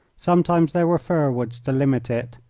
sometimes there were fir-woods to limit it,